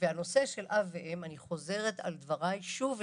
הנושא של אב ואם אני חוזרת על דבריי שוב ושוב: